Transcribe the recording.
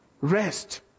Rest